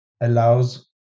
allows